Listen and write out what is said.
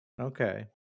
okay